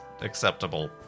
acceptable